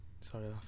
Sorry